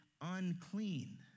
unclean